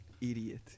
Idiot